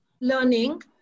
learning